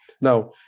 now